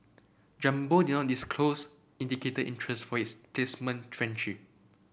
jumbo did not disclose indicated interest for its placement tranche